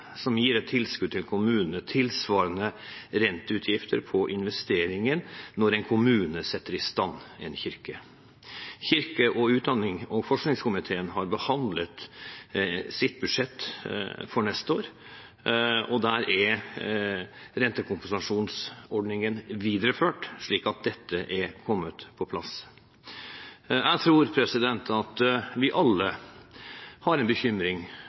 gir et tilskudd til kommunen tilsvarende renteutgifter på investeringen når en kommune setter i stand en kirke. Kirke-, utdannings- og forskningskomiteen har behandlet sitt budsjett for neste år, og der er rentekompensasjonsordningen videreført, slik at dette er kommet på plass. Jeg tror at vi alle har en bekymring